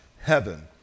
heaven